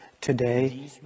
today